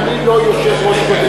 אני לא יושב-ראש קודם,